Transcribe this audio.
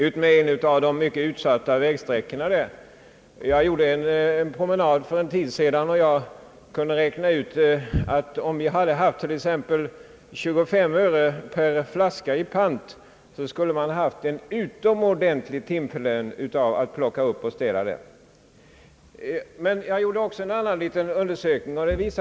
Jag gjorde en promenad för en tid sedan utmed en av de mycket utsatta vägsträckorna där och kunde räkna ut att man, om man hade fått t.ex. 25 öre per flaska i pant, skulle ha fått en mycket bra timlön genom att plocka upp flaskorna.